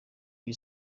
iyi